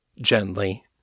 Gently